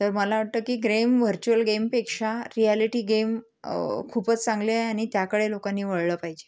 तर मला वाटतं की ग्रेम व्हर्चुअल गेमपेक्षा रिॲलिटी गेम खूपच चांगले आहे आणि त्याकडे लोकांनी वळलं पाहिजे